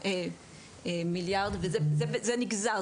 וזה נגזר,